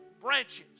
branches